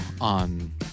on